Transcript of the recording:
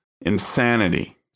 insanity